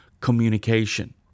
communication